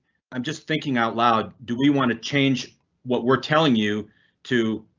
i'm just thinking out loud. do we want to change what we're telling you too?